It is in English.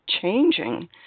changing